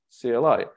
cli